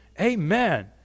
Amen